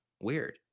weird